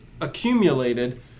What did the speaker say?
accumulated